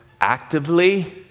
actively